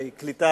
היטב,